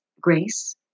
grace